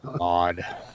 Odd